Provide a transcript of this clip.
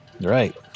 Right